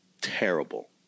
terrible